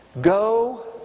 go